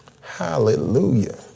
Hallelujah